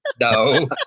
no